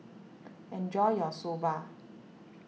enjoy your Soba